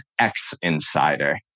ex-insider